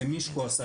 זה מישהו עשה,